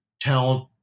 talent